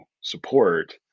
support